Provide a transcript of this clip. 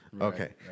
Okay